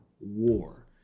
war